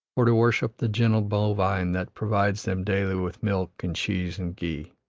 or to worship the gentle bovine that provides them daily with milk and cheese and ghee.